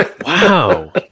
Wow